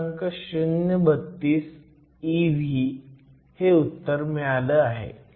032 ev electron volts हे उत्तर मिळालं आहे